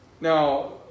Now